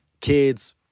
kids